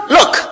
Look